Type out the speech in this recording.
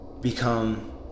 become